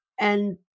And-